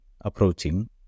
approaching